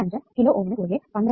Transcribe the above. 25 kilo ഓമിനു കുറുകെ 12